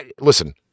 Listen